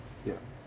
ya